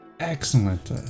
Excellent